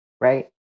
right